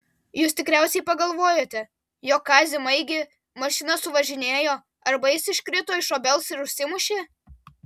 jūs tikriausiai pagalvojote jog kazį maigį mašina suvažinėjo arba jis iškrito iš obels ir užsimušė